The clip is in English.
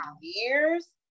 years